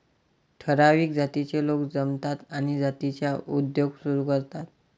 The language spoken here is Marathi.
ठराविक जातीचे लोक जमतात आणि जातीचा उद्योग सुरू करतात